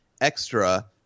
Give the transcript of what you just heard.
extra